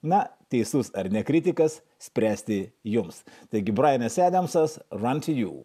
na teisus ar ne kritikas spręsti jums taigi brajanas edamsas run to you